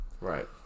Right